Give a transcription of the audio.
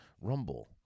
Rumble